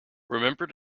remember